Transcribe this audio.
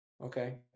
okay